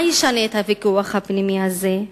מה ישנה את הוויכוח הפנימי הזה?